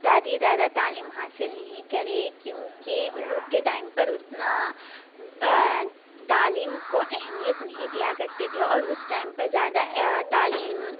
دادی دادا تعلیم حاصل نہیں کرے کیونکہ ان لوگ کے ٹائم پر اتنا تعلیم کو اہمیت نہیں دیا کرتے تھے اور اس ٹائم پر زیادہ تعلیم